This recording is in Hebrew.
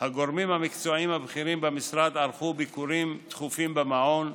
הגורמים המקצועיים הבכירים במשרד ערכו ביקורים תכופים במעון,